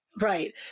right